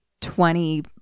Twenty